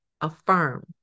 affirm